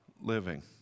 living